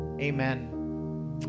Amen